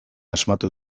asmatu